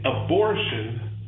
abortion